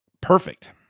Perfect